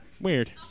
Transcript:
Weird